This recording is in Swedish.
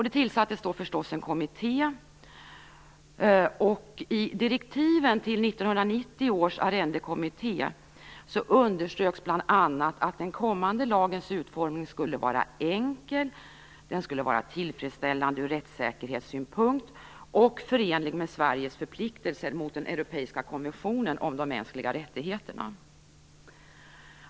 Det tillsattes förstås en kommitté, och i direktiven till 1990 års arrendekommitté underströks bl.a. att den kommande lagens utformning skulle vara enkel, tillfredsställande ur rättssäkerhetssynpunkt och förenlig med Sveriges förpliktelser mot den europeiska konventionen om de mänskliga rättigheterna.